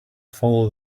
follow